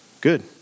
Good